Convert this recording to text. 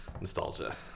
Nostalgia